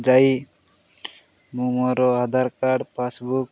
ଯାଇ ମୁଁ ମୋର ଆଧାର କାର୍ଡ଼ ପାସ୍ବୁକ୍